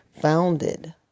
founded